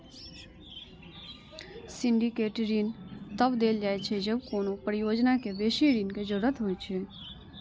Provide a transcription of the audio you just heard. syndicate ऋण तब देल जाइ छै, जब कोनो परियोजना कें बेसी ऋण के जरूरत होइ छै